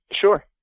Sure